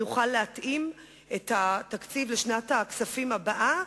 נוכל להתאים את התקציב לשנת הכספים הבאה,